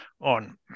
on